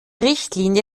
richtlinie